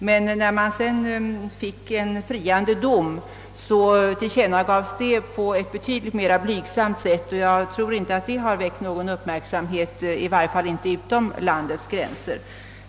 Men när domen sedan blev friande, tillkännagavs det på ett betydligt mera blygsamt sätt, som inte väckte någon särskild uppmärksamhet — i varje fall inte utanför landets gränser.